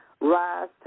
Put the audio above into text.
rise